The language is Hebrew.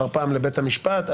אחר פעם לבית המשפט.